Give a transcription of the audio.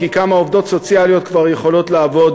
כי כמה עובדות סוציאליות כבר יכולות לעבוד